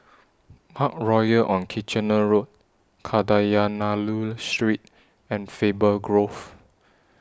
Parkroyal on Kitchener Road Kadayanallur Street and Faber Grove